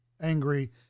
angry